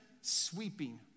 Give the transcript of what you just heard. sweeping